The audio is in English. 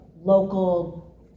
local